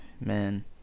Man